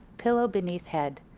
pillow beneath head,